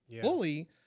fully